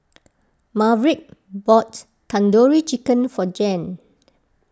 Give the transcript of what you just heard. Maverick bought Tandoori Chicken for Jan